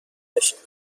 داشتیم